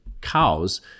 cows